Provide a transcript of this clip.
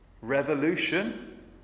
Revolution